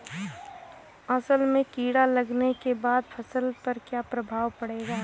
असल में कीड़ा लगने के बाद फसल पर क्या प्रभाव पड़ेगा?